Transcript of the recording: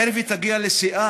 הערב יגיעו לשיא,